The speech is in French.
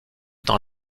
dans